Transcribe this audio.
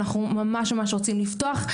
אנחנו ממש ממש רוצים לפתוח,